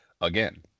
again